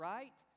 Right